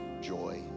joy